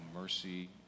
mercy